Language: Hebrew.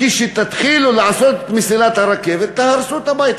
כשתתחילו לעשות את מסילת הרכבת תהרסו את הבית.